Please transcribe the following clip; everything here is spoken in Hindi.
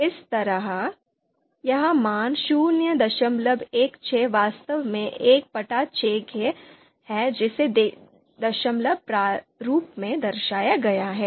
इसी तरह यह मान 016 वास्तव में 16 है जिसे दशमलव प्रारूप में दर्शाया गया है